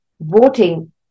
voting